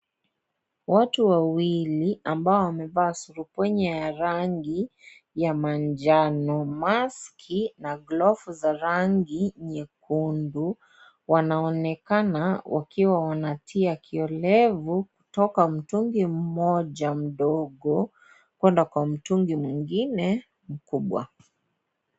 Watu wawili ambao wamevaa surupwenye ya rangi ya manjano, maski na glovu za rangi nyekundu wanaonekana wakiwa wanatia kiolevu toka mtungi moja mdogo kuenda Kwa mtungi mwingine kubwa.